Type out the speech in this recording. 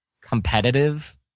competitive